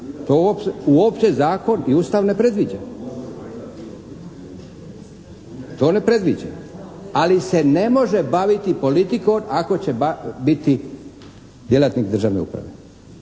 To uopće zakon i Ustav ne predviđa. Ali se ne može baviti politikom ako će biti djelatnik državne uprave.